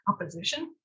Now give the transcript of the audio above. opposition